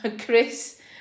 Chris